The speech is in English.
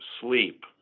sleep